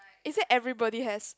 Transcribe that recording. is it everybody has